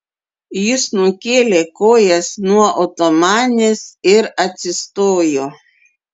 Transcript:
jis nukėlė kojas nuo otomanės ir atsistojo